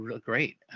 great